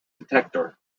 detector